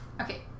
Okay